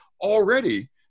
already